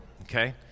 okay